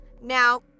Now